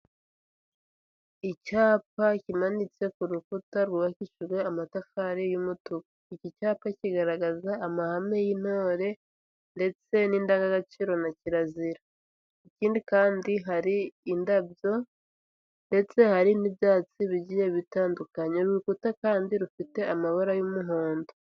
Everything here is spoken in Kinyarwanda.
Icyapa kimanitse ku rukuta rwubakishijwe amatafari y'umutuku iki cyapa kigaragaza amahame y'intore ndetse n'indangagaciro na kirazira ikindi kandi hari indabyo ndetse hari n'ibyatsi bigiye bitandukanye n'urukuta kandi rufite amabara y'umuhondo.